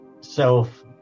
self